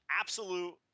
absolute